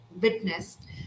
witnessed